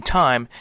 time